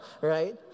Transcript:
right